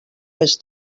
més